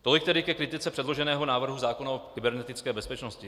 Tolik tedy ke kritice předloženého návrhu zákona o kybernetické bezpečnosti.